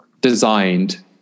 designed